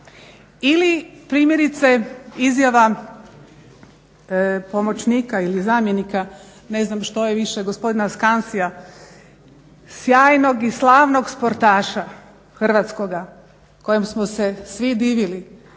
Ili primjerice izjava pomoćnika ili zamjenika, ne znam što je više, gospodin Skansija sjajnog i slavnog sportaša hrvatskoga, kojem smo se svi divili,